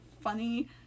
funny